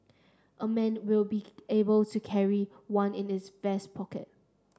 a man will be able to carry one in his vest pocket